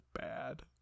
bad